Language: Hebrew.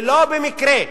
ולא במקרה,